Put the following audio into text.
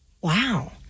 Wow